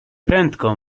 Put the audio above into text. prędko